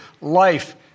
life